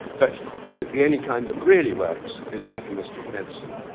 but the only kind that really works is mechanistic medicine